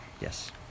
Yes